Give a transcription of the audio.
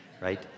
right